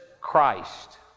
Christ